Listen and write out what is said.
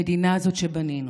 המדינה הזאת שבנינו,